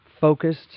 focused